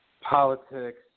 politics